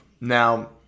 now